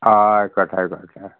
ആ ആയിക്കോട്ടായിക്കോട്ടെ